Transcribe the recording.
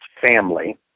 family